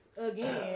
again